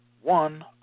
one